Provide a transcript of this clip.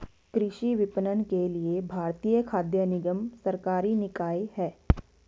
कृषि विपणन के लिए भारतीय खाद्य निगम सरकारी निकाय है